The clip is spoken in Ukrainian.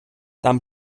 там